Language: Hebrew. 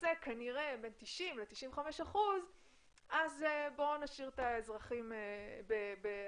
מכסה בין 90% ל-95% אז נשאיר את האזרחים כך,